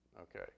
Okay